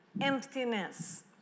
emptiness